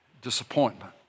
disappointment